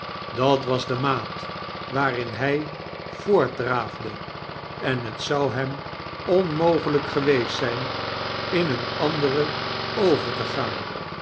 dat was de maat waarin hij voortdraafde en t zou hem onmogelijk geweest zijn in een anderen over te gaan